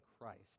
Christ